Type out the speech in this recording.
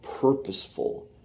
Purposeful